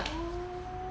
oh